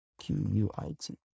Q-U-I-T